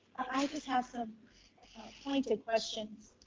i just have some pointed questions